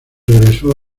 regresó